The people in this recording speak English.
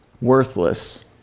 worthless